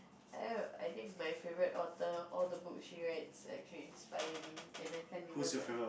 oh I think my favourite author all the books she write actually inspire me and I can't even like